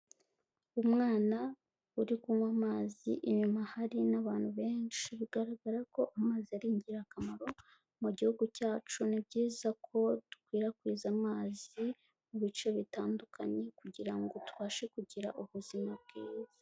Umwana uri kunywa amazi, inyuma hari n'abantu benshi bigaragara ko amazi ari ingirakamaro mu gihugu cyacu. Ni byiza ko dukwirakwiza amazi mu bice bitandukanye kugira ngo tubashe kugira ubuzima bwiza.